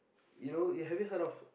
you know you have you heard of